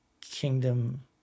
kingdom